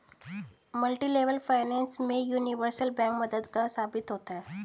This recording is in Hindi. मल्टीलेवल फाइनेंस में यूनिवर्सल बैंक मददगार साबित होता है